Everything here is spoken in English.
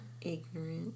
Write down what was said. ignorant